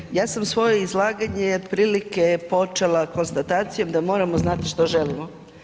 Dakle ja sam svoje izlaganje otprilike počela konstatacijom, da moramo znati što želimo.